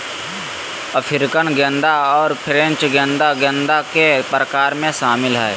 African गेंदा और French गेंदा गेंदा के प्रकार में शामिल हइ